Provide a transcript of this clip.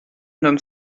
nomme